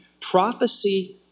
prophecy